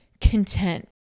content